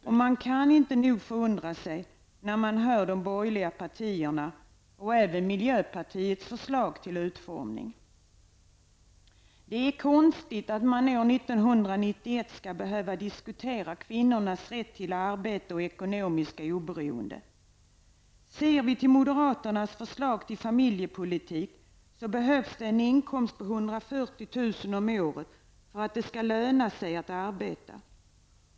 Och man kan inte nog förundra sig när man hör de borgerliga partierna och även miljöpartiets förslag till utformning. Det är konstigt att man år 1991 skall behöva diskutera kvinnornas rätt till arbete och ekonomiskt oberoende. Ser vi till moderaternas förslag till familjepolitik behövs det en inkomst på 140 000 kr. om året för at det skall löna sig att arbeta.